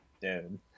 Dude